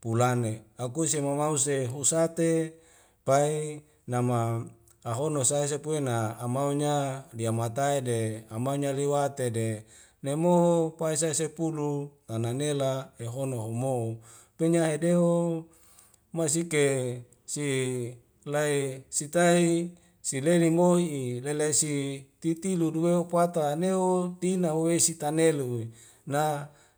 Pulane akuse mamause husate pai nama ahono sai sepue na amaunya dihamatae de amaunya liwat tede nemoho pai se sepulu tana nela ehono homo'o penya ha'adeum masike si lae sitai sileni moi'i lele si titi luduwe u pata neu tina u'wei si tanelui na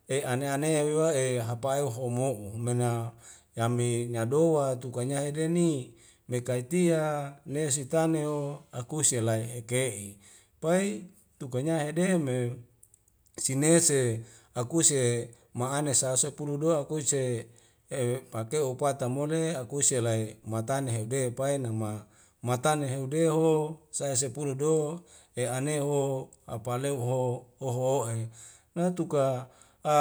e ane anea wyo'e hapae homo'o mena yami nyadowa tukanya hedeni me kaitia nesi tane ho akuse lae'e eke'i pai tukanya hede'me sinese akuse ma'ane sa sepulu do'a kuese e pakeu upata mole akuse selai matane heude pai nama matana ne heodeho saya sepulu do e'ane ho apaleo o'ho oho ohe natuka a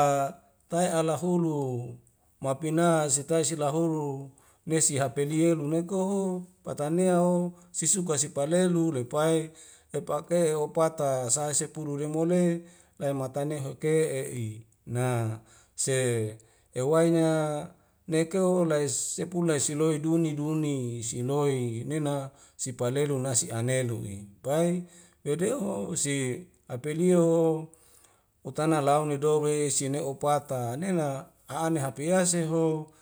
tai alahulu mapina sitai silahuru mesi hapelie lunae koho patanea o sisuka si palelu lepai lepake o opata sae sepulu lemole lae matane ho ke'e i na se ewainya nekeu ho laes sepulu laes siloi duni duni siloi nena sipalelu nasi ane du'i pai wedu'u wo si apelia o utana lau me doure sine oupata nena hane hapiase ho